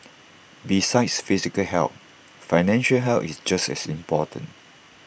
besides physical health financial health is just as important